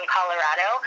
Colorado